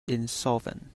insolvent